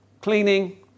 cleaning